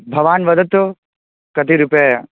भवान् वदतु कति रुपेय